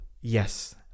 Yes